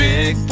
Big